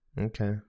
Okay